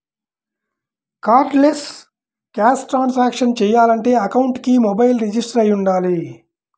cardless cash transactions చెయ్యాలంటే అకౌంట్కి mobile register అయ్యి వుండాలి